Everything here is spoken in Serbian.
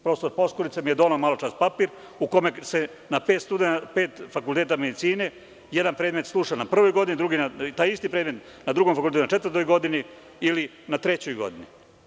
Profesor Poskurica mi je doneo malo čas papir u kome se na pet fakulteta medicine jedan predmet sluša na prvoj godini, taj isti predmet na drugom fakultetu na četvrtoj godini ili na trećoj godini.